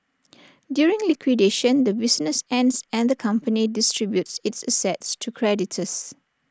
during liquidation the business ends and the company distributes its assets to creditors